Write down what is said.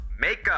makeup